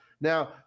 Now